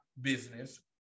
business